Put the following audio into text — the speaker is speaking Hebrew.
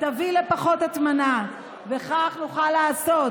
תביא לפחות הטמנה, וכך נוכל לעשות